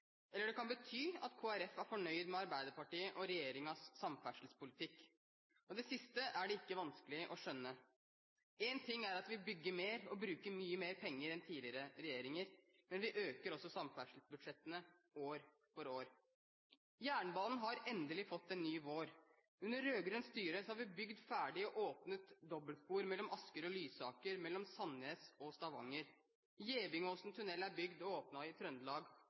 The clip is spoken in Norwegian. eller det kan bety at Kristelig Folkeparti er fornøyd med Arbeiderpartiet og regjeringens samferdselspolitikk. Det siste er det ikke vanskelig å skjønne. Én ting er at vi bygger mer og bruker mye mer penger enn tidligere regjeringer, men vi øker også samferdselsbudsjettene år for år. Jernbanen har endelig fått en ny vår. Under rød-grønt styre har vi bygd ferdig og åpnet dobbeltspor mellom Asker og Lysaker og mellom Sandnes og Stavanger. Gevingåsen tunnel er bygd og åpnet i Trøndelag